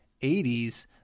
80s